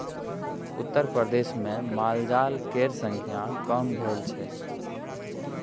उत्तरप्रदेशमे मालजाल केर संख्या कम भेल छै